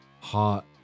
Hot